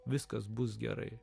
viskas bus gerai